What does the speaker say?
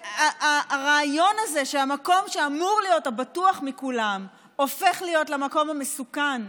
הרעיון הזה שהמקום שאמור להיות הבטוח מכולם הופך להיות למקום המסוכן,